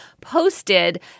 posted